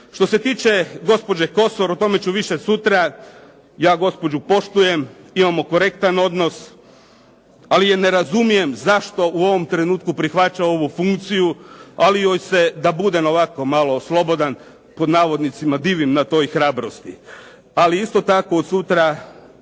Što se tiče gospođe Kosor o tome ću više sutra. Ja gospođu poštujem. Imamo korektan odnos, ali je ne razumijem zašto u ovom trenutku prihvaća ovu funkciju, ali joj se da budem ovako malo slobodan pod navodnicima divim na toj hrabrosti. Ali isto tako sutra